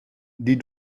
die